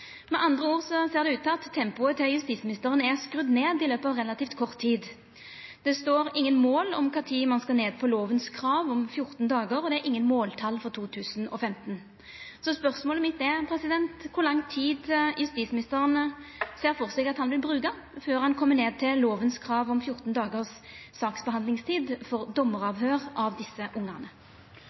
med andre ord ser det ut til at tempoet til justisministeren er skrudd ned i løpet av relativt kort tid. Det står ingen mål om kva tid ein skal ned på lovens krav om 14 dagar, og det er ingen måltal for 2015. Spørsmålet mitt er kor lang tid justisministeren ser for seg at han vil bruka før han kjem ned til lovens krav om 14 dagars saksbehandlingstid for dommaravhøyr av desse ungane.